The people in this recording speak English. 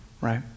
right